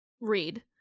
Read